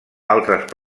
altres